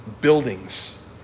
buildings